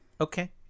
Okay